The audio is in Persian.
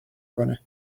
کنه